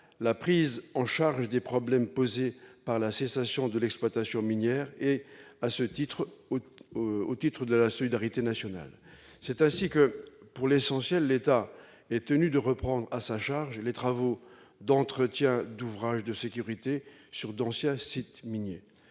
la prise en charge des problèmes posés par la cessation de l'exploitation minière, et ce au titre de la solidarité nationale. C'est ainsi que, pour l'essentiel, l'État est tenu de reprendre à sa charge les travaux d'entretien d'ouvrages de sécurité sur d'anciens sites miniers.